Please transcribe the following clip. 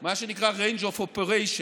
מה שנקרא range of operation.